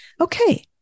Okay